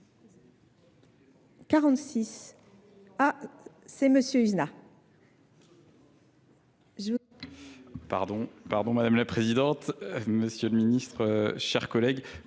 six ah c'est monsieur isa madame la présidente monsieur le ministre chers collègues